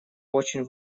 очень